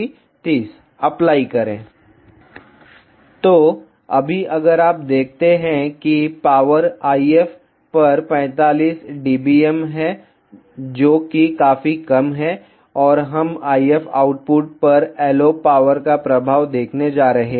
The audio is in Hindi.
vlcsnap 2018 09 20 14h59m53s297 तो अभी अगर आप देखते हैं कि पावर IF पर 45 dBm है जो कि काफी कम है और हम IF आउटपुट पर LO पावर का प्रभाव देखने जा रहे हैं